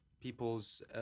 people's